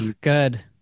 good